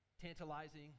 tantalizing